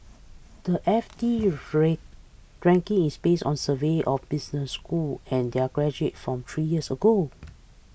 the F T rent ranking is based on surveys of business schools and their graduates from three years ago